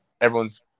everyone's